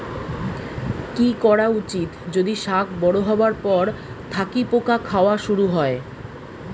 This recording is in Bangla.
কি করা উচিৎ যদি শাক বড়ো হবার পর থাকি পোকা খাওয়া শুরু হয়?